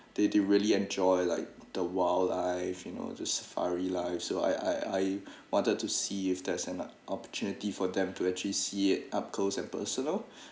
they do really enjoy like the wildlife you know the safari life so I I wanted to see if there's an opportunity for them to actually see it up close and personal